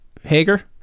Hager